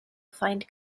find